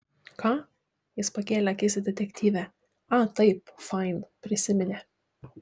ką jis pakėlė akis į detektyvę a taip fain prisiminė